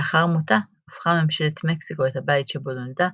לאחר מותה, הפכה ממשלת מקסיקו את הבית שבו נולדה,